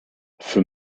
für